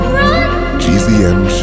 run